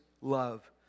love